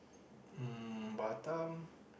um Batam